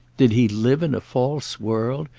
did he live in a false world,